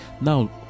Now